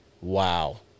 Wow